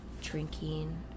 drinking